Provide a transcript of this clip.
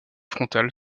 frontale